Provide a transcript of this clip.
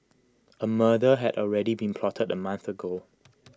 A murder had already been plotted A month ago